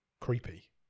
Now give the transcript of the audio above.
creepy